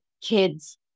kid's